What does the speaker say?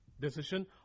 decision